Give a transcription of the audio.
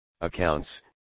accounts